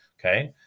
Okay